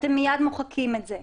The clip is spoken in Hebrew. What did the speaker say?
אתם מייד מוחקים את זה.